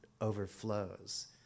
overflows